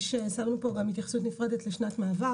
שמנו פה גם התייחסות נפרדת לשנת מעבר,